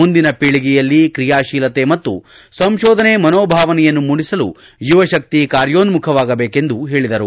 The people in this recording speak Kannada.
ಮುಂದಿನ ಪೀಳಗೆಯಲ್ಲಿ ಕ್ರಿಯಾತೀಲತೆ ಮತ್ತು ಸಂಶೋಧನೆ ಮನೋಭಾವನೆಯನ್ನು ಮೂಡಿಸಲು ಯುವ ಶಕ್ತಿ ಕಾರ್ಯೋನ್ನುಖವಾಗಬೇಕೆಂದು ಹೇಳಿದರು